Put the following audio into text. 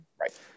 Right